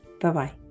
Bye-bye